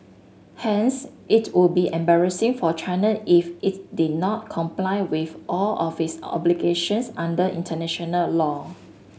hence it would be embarrassing for China if it did not comply with all of its obligations under international law